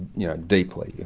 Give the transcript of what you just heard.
yeah deeply, yeah